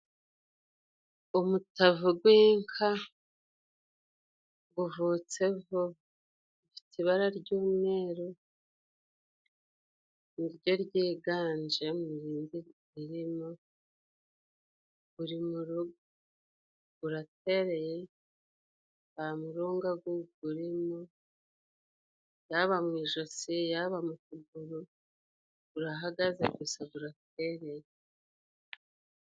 umutavu gw'inka guvutse vuba, gufite ibara ry'umweru, ni ryo ryiganje mu rindi ririmo, guri mu rugo, guratereye, nta murunga guwurimo yaba mu ijosi yaba mu kuguru, gurahagaze gusa guratereye.